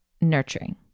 nurturing